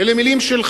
אלה מלים שלך,